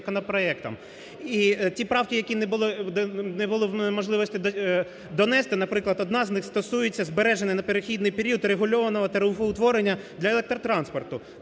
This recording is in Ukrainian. І ті правки, які не було в мене можливості донести, наприклад, одна з них стосується збереження на перехідний період регульованого тарифоутворення для електротранспорту.